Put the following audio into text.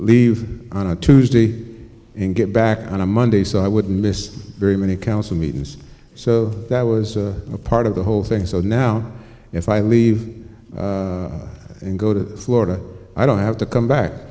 leave on a tuesday and get back on a monday so i wouldn't miss very many council meetings so that was a part of the whole thing so now if i leave and go to florida i don't have to come back